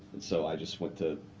and so i just went to